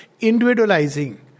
individualizing